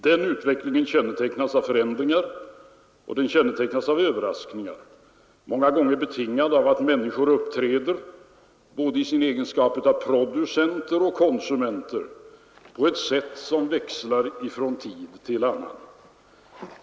Den utvecklingen kännetecknas av förändringar och av överraskningar, många gånger betingade av att människor uppträder i sin egenskap av både producenter och konsumenter på ett sätt som växlar från tid till annan.